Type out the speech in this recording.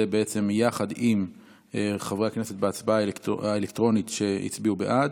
יחד עם חברי הכנסת שהצביעו בעד בהצבעה האלקטרונית,